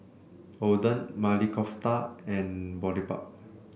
Oden Maili Kofta and Boribap